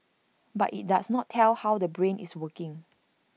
but IT does not tell how the brain is working